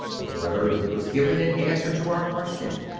but whether it was given in answer to our question.